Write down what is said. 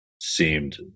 seemed